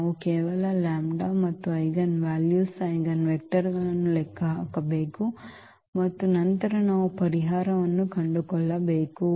ನಾವು ಕೇವಲ ಲ್ಯಾಂಬ್ಡಾಸ್ ಮತ್ತು ಐಜೆನ್ ವ್ಯಾಲ್ಯೂಸ್ ಐಜೆನ್ ವೆಕ್ಟರ್ ಗಳನ್ನು ಲೆಕ್ಕ ಹಾಕಬೇಕು ಮತ್ತು ನಂತರ ನಾವು ಪರಿಹಾರವನ್ನು ಕಂಡುಕೊಳ್ಳಬಹುದು